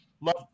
Love